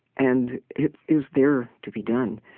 and it is there to be done.